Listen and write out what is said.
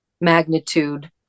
magnitude